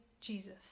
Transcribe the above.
Jesus